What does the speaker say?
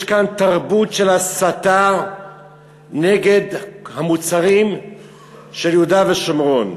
יש כאן תרבות של הסתה נגד המוצרים של יהודה ושומרון.